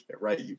right